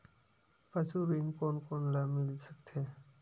पशु ऋण कोन कोन ल मिल सकथे?